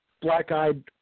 black-eyed